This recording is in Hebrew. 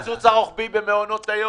אני מדבר על הקיצוץ הרוחבי במעונות היום.